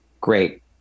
great